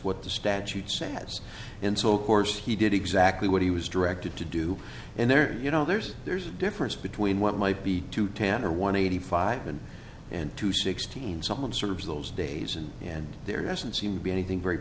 what the statute says in so course he did exactly what he was directed to do and there you know there's there's a difference between what might be to ten or one eighty five and and to sixteen some sort of those days and and there doesn't seem to be anything very